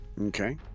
Okay